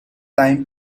time